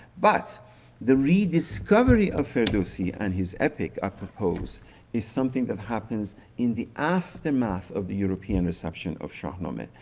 but the rediscovery of ferdowsi and his epic, i propose is something that happens in the aftermath of the european reception of shahnameh,